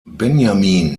benjamin